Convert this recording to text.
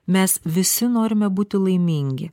mes visi norime būti laimingi